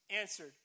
answered